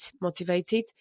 motivated